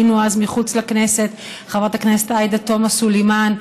היינו אז מחוץ לכנסת: חברת הכנסת עאידה תומא סלימאן,